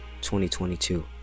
2022